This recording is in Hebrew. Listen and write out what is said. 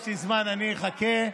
אחד לכל פלאפל, יש לי זמן, אני אחכה.